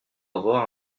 avoir